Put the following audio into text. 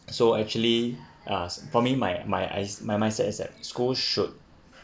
so actually uh for me my my eyes my mindset is that schools should